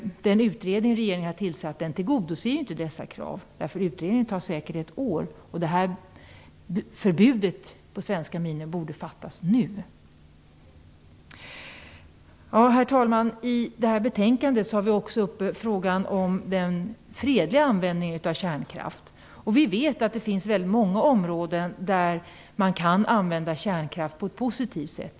Den utredning regeringen har tillsatt tillgodoser inte dessa krav. Utredningen tar säkert ett år, och förbudet för svenska minor borde fattas nu. Herr talman! I betänkandet tas också frågan om den fredliga användningen av kärnkraft upp. Vi vet att det finns väldigt många områden där man kan använda kärnkraft på ett positivt sätt.